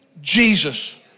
Jesus